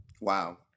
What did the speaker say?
Wow